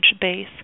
base